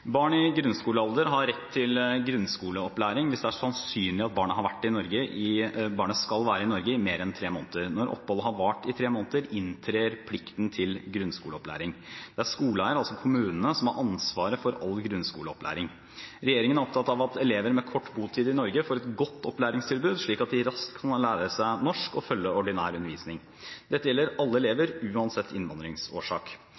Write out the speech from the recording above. Barn i grunnskolealder har rett til grunnskoleopplæring hvis det er sannsynlig at barnet skal være i Norge i mer enn tre måneder. Når oppholdet har vart i tre måneder, inntrer plikten til grunnskoleopplæring. Det er skoleeier, altså kommunene, som har ansvaret for all grunnskoleopplæring. Regjeringen er opptatt av at elever med kort botid i Norge får et godt opplæringstilbud, slik at de raskt kan lære seg norsk og følge ordinær undervisning. Dette gjelder alle